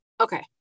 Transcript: okay